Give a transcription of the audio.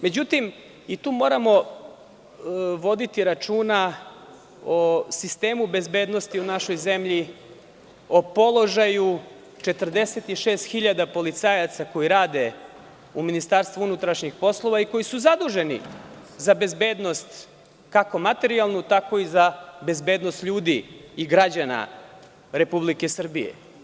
Međutim, i tu moramo voditi računa o sistemu bezbednosti u našoj zemlji, o položaju 46000 policajaca koji rade u MUP-u i koji su zaduženi za bezbednost, kako materijalnu tako i za bezbednost ljudi i građana Republike Srbije.